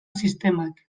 sistemak